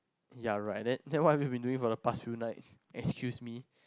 ya right then then what have you been doing for the past two nights excuse me